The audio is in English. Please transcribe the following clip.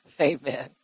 Amen